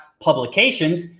publications